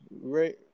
right